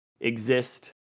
exist